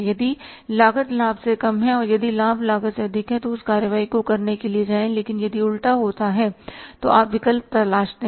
यदि लागत लाभ से कम है या यदि लाभ लागत से अधिक है तो उस कार्रवाई को करने के लिए जाएं लेकिन यदि उल्टा होता है तो आप विकल्प तलाशते हैं